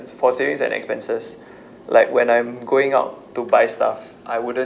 for savings and expenses like when I'm going out to buy stuff I wouldn't